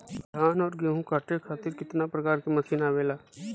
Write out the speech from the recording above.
धान और गेहूँ कांटे खातीर कितना प्रकार के मशीन आवेला?